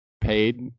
paid